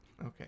Okay